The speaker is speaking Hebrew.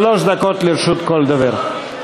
שלוש דקות לרשות כל דובר.